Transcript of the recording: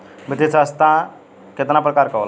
वित्तीय संस्था कितना प्रकार क होला?